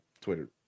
Twitter